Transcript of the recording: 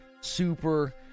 super